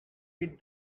with